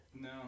No